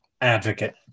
Advocate